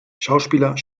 schauspieler